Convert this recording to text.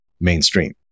mainstream